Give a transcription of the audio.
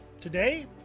today